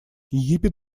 египет